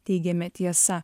teigiami tiesa